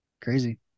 crazy